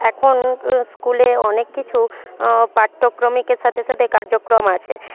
এখন স্কুলে অনেক কিছু পাঠ্যক্রমিকের সাথে সাথে কার্যক্রম আছে